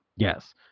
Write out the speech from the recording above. Yes